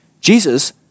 Jesus